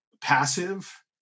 passive